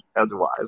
otherwise